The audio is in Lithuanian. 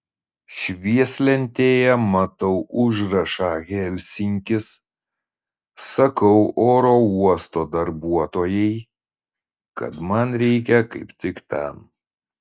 švieslentėje matau užrašą helsinkis sakau oro uosto darbuotojai kad man reikia kaip tik ten